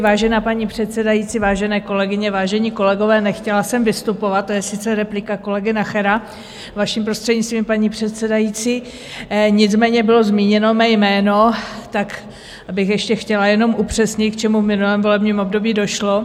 Vážená paní předsedající, vážené kolegyně, vážení kolegové, nechtěla jsem vystupovat to je sice replika kolegy Nachera, vaším prostřednictvím, paní předsedající, nicméně bylo zmíněno mé jméno, tak bych ještě chtěla jenom upřesnit, k čemu v minulém volebním období došlo.